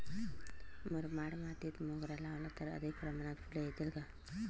मुरमाड मातीत मोगरा लावला तर अधिक प्रमाणात फूले येतील का?